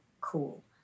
cool